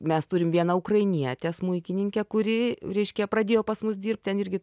mes turim vieną ukrainietę smuikininkę kuri reiškia pradėjo pas mus dirbt ten irgi